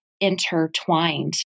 intertwined